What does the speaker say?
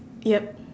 yup